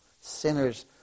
Sinners